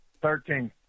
Thirteen